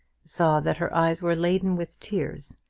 saw that her eyes were laden with tears,